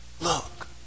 look